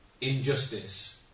injustice